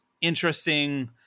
interesting